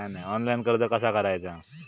Online कर्ज कसा करायचा?